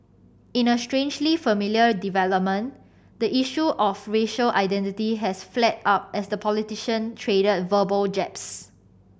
in a strangely familiar development the issue of racial identity has flared up as the politician traded verbal jabs